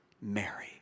Mary